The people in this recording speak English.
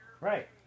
Right